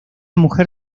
mujer